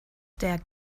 der